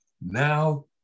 Now